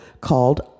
called